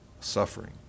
suffering